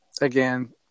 Again